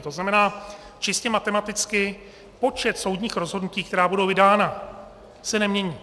To znamená, čistě matematicky, počet soudních rozhodnutí, která budou vydána, se nemění.